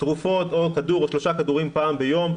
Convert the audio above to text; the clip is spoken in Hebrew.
כדור או שלושה כדורים פעם ביום.